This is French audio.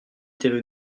étaient